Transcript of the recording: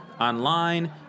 online